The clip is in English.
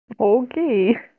Okay